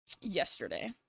yesterday